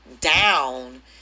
down